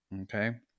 Okay